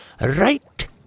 Right